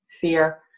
fear